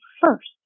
first